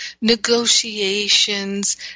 negotiations